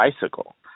bicycle